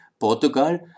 Portugal